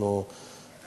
אנחנו,